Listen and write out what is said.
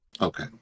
Okay